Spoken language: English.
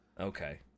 Okay